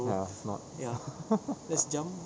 ya not